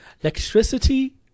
Electricity